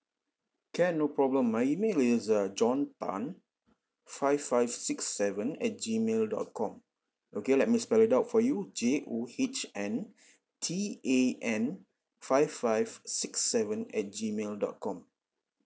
can no problem my email is uh john tan five five six seven at G mail dot com okay let me spell it out for you j o h n t a n five five six seven at G mail dot com